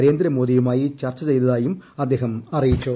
നരേന്ദ്ര മോദിയുമായി ചർച്ച ചെയ്തതാ യും അദ്ദേഹം അറിയിച്ചു